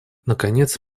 наконец